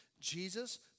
Jesus